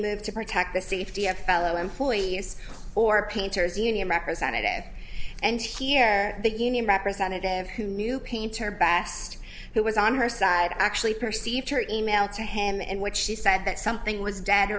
move to protect the safety of fellow employees or painters union representative and here the union representative who knew painter best who was on her side actually perceived her email to him in which she said that something w